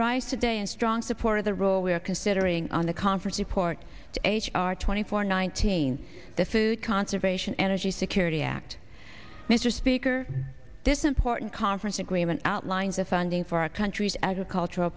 rise today in strong support of the rule we are considering on the conference report h r twenty four nineteen the food conservation energy security act mr speaker this important conference agreement outlines the funding for our country's agricultural